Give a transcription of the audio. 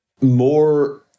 more